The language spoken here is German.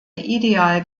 ideal